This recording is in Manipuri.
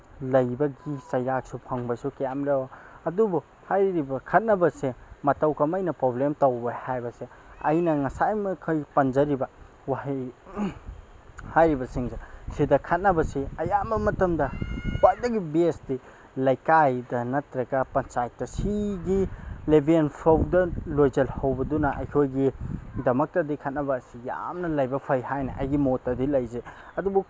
ꯂꯩꯕꯒꯤ ꯆꯩꯔꯥꯛꯁꯨ ꯐꯪꯕꯁꯨ ꯀꯌꯥ ꯑꯝ ꯌꯥꯎꯏ ꯑꯗꯨꯕꯨ ꯍꯥꯏꯔꯤꯕ ꯈꯠꯅꯕꯁꯦ ꯃꯇꯧ ꯀꯃꯥꯏꯅ ꯄꯣꯕ꯭ꯂꯦꯝ ꯇꯧꯏ ꯍꯥꯏꯕꯁꯦ ꯑꯩꯅ ꯉꯁꯥꯏꯃꯈꯩ ꯄꯟꯖꯔꯤꯕ ꯋꯥꯍꯩ ꯍꯥꯏꯔꯤꯕꯁꯤꯡꯁꯦ ꯁꯤꯗ ꯈꯠꯅꯕꯁꯤ ꯑꯌꯥꯝꯕ ꯃꯇꯝꯗ ꯈ꯭ꯋꯥꯏꯗꯒꯤ ꯕꯦꯁꯇꯤ ꯂꯩꯀꯥꯏꯗ ꯅꯠꯇ꯭ꯔꯒ ꯄꯟꯆꯥꯌꯠꯇ ꯁꯤꯒꯤ ꯂꯦꯕꯦꯜ ꯐꯥꯎꯕꯗ ꯂꯣꯏꯁꯤꯜꯍꯧꯕꯗꯨꯅ ꯑꯩꯈꯣꯏꯒꯤꯗꯃꯛꯇꯗꯤ ꯈꯠꯅꯕ ꯑꯁꯤ ꯌꯥꯝꯅ ꯂꯥꯏꯕꯛ ꯐꯩ ꯍꯥꯏꯅ ꯑꯩꯒꯤ ꯃꯣꯠꯇꯗꯤ ꯂꯩꯖꯩ ꯑꯗꯨꯕꯨ